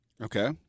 Okay